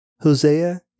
Hosea